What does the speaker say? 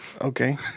Okay